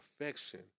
affection